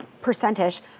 percentage